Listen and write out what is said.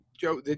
Joe